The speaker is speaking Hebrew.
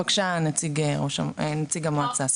בבקשה, נציג המועצה.